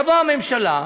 תבוא הממשלה,